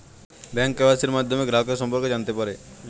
bank কেওয়াইসির মাধ্যমে গ্রাহকের সম্পর্কে জানতে পারে